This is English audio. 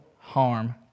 harm